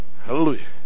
Hallelujah